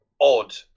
odd